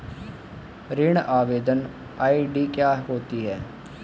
ऋण आवेदन आई.डी क्या होती है?